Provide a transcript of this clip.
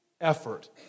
effort